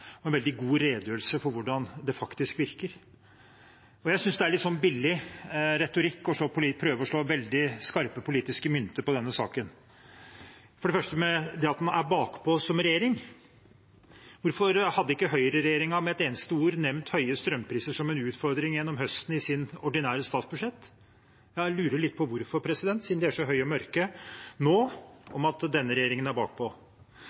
og en veldig god redegjørelse for hvordan det faktisk virker. Jeg synes det er litt billig retorikk å prøve å slå veldig skarp politiske mynt på denne saken. Først til det at en er bakpå som regjering: Hvorfor hadde ikke høyreregjeringen med et eneste ord nevnt høye strømpriser som en utfordring gjennom høsten i sitt ordinære statsbudsjett? Jeg lurer litt på hvorfor, siden de nå er så høye og mørke om at denne regjeringen er